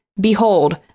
Behold